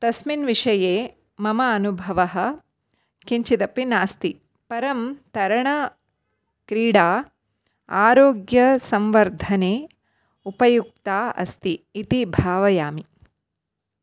तस्मिन् विषये मम अनुभवः किञ्चिदपि नास्ति परं तरणक्रीडा आरोग्यसंवर्धने उपयुक्ता अस्ति इति भावयामि